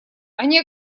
они